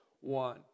one